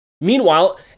Meanwhile